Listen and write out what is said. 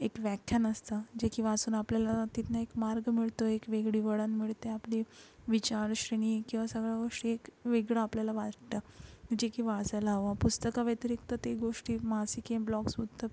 एक व्याख्यान असतं जे की वाचून आपल्याला तिथून एक मार्ग मिळतो एक वेगळी वळण मिळते आपली विचारश्रेणी किंवा सगळ्या गोष्टी एक वेगळं आपल्याला वाटतं जे की वाचायला हवं पुस्तकाव्यतिरिक्त ते गोष्टी मासिके ब्लॉक्स फक्त